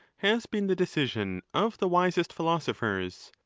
has been the decision of the wisest philosophers,